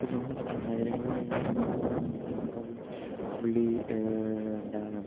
ഇപ്പം നഗരങ്ങള് കാര്യങ്ങളൊക്കെ നോക്കുവാണെന്നുണ്ടങ്കിൽ ഇപ്പം ഫുള്ളി എന്താണ്